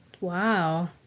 Wow